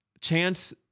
chance